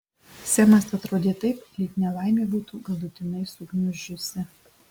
semas atrodė taip lyg nelaimė būtų galutinai sugniuždžiusi